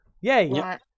yay